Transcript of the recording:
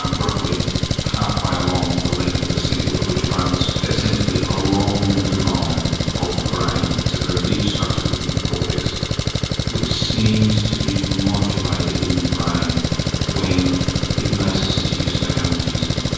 um roughly halfway along the length of the cingulate which runs essentially along the mid-line of the brain it's a very deep structure within the cortex which seems to be modulated in the brain when hypnosis is used for analgesia.